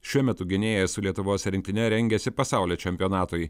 šiuo metu gynėjas su lietuvos rinktine rengiasi pasaulio čempionatui